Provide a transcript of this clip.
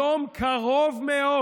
היום קרוב מאוד.